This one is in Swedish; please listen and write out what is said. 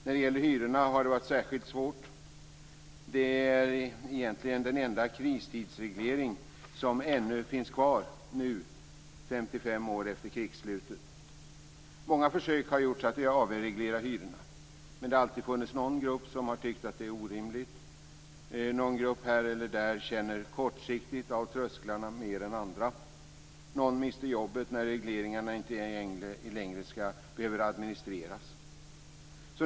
När det gäller hyrorna har det varit särskilt svårt. Det är egentligen den enda kristidsreglering som ännu finns kvar 55 år efter krigsslutet. Det har gjorts många försök att avreglera hyrorna. Men det har alltid funnits någon grupp som har tyckt att det är orimligt. Någon grupp här eller där känner kortsiktigt av trösklarna mer än andra. Någon mister jobbet när regleringarna inte längre behöver administreras.